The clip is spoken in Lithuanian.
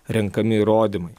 renkami įrodymai